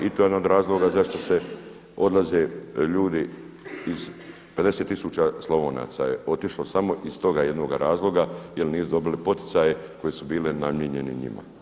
I to je jedan od razloga zašto odlaze ljudi iz, 50000 Slavonaca je otišlo samo iz toga jednoga razloga jer nisu dobili poticaje koji su bili namijenjeni njima.